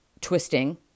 twisting